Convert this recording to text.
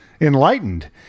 enlightened